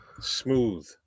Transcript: Smooth